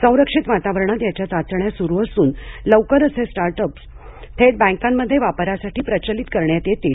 संरक्षित वातावरणात याच्या चाचण्या सुरू असून लवकरच हे स्टार्ट अप्स थेट बँकांमध्ये वापरासाठी प्रचलित करण्यात येतील